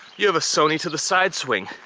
you have a sony to the side swing,